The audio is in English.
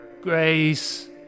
grace